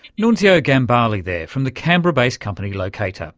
nunzio gambale there from the canberra-based company locata